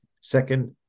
Second